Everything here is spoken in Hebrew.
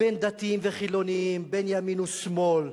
בין דתיים וחילונים, בין ימין ושמאל,